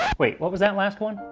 wait, what was that last one?